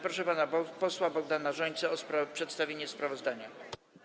Proszę pana posła Bogdana Rzońcę o przedstawienie sprawozdania.